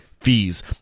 fees